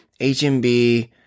HMB